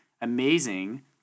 amazing